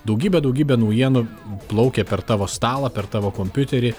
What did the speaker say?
daugybę daugybę naujienų plaukia per tavo stalą per tavo kompiuterį